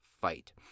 fight